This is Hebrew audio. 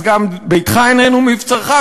אז גם ביתך איננו מבצרך,